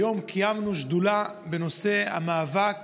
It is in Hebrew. היום קיימנו שדולה בנושא המאבק